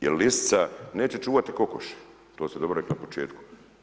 Jer lisica neće čuvati kokoši, to ste dobro rekli na početku.